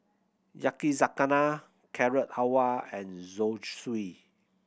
Yakizakana Carrot Halwa and Zosui